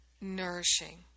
nourishing